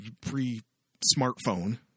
pre-smartphone